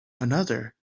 another